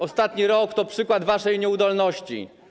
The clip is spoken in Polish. Ostatni rok to przykład waszej nieudolności.